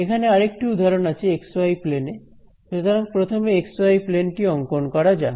এখানে আরেকটি উদাহরণ আছে x y প্লেন এ সুতরাং প্রথমে x y প্লেন টি অংকন করা যাক